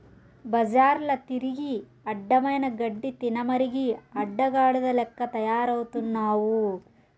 బజార్ల తిరిగి అడ్డమైన గడ్డి తినమరిగి అడ్డగాడిద లెక్క తయారవుతున్నావు